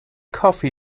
coffee